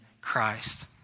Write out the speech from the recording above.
Christ